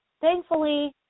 thankfully